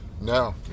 No